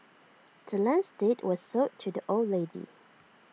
the land's deed was sold to the old lady